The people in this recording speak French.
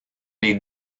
les